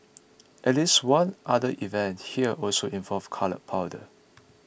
at least one other event here also involved coloured powder